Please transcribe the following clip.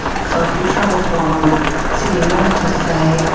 so if you travel from sydney, north to say,